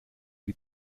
die